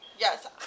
Yes